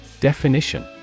Definition